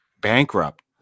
bankrupt